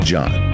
John